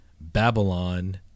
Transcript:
Babylon